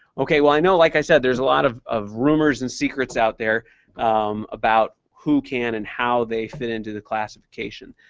ok, well, i know, like i said, there's a lot of of rumors and secrets out there about who can and how they fit into the classification.